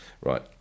Right